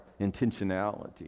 intentionality